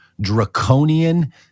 draconian